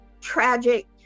tragic